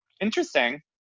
Interesting